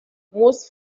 most